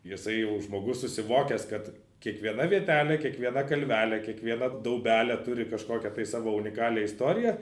jisai jau žmogus susivokęs kad kiekviena vietelė kiekviena kalvelė kiekviena daubelė turi kažkokią tai savo unikalią istoriją